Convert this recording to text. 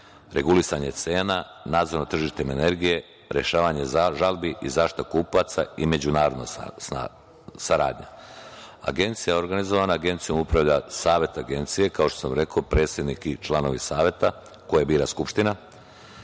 regulisanje cena, nadzor nad tržištem energije, rešavanje žalbi i zaštita kupaca i međunarodna saradnja. Agencijom upravlja Savet Agencije, kao što sam rekao, predsednik i članovi Saveta koje bira Skupština.